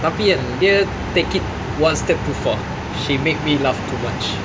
tapi kan dia take it one step too far she make me laugh too much